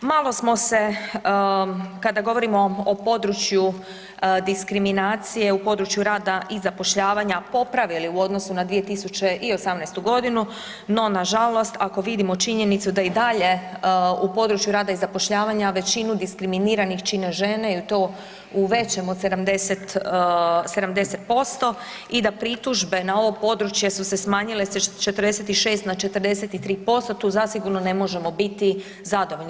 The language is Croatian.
Malo smo se kada govorimo o području diskriminacije u području rada i zapošljavanja popravili u odnosu na 2018. godinu, no nažalost ako vidimo činjenicu da i dalje u području rada i zapošljavanja većinu diskriminiranih čine žene i to u većem od 70% i da pritužbe na ovo područje su se smanjile sa 46 na 43%, tu zasigurno ne možemo biti zadovoljni.